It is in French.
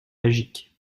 magique